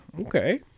Okay